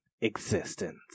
existence